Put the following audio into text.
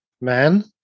man